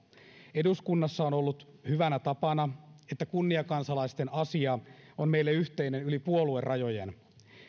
eduskunnassa on ollut hyvänä tapana että kunniakansalaisten asia on meille yhteinen yli puoluerajojen